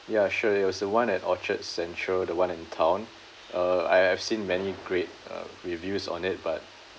ya sure it was the one at orchard central the one in town uh I have seen many great uh reviews on it but